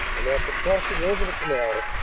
and, after crossing over the canal,